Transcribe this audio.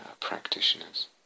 practitioners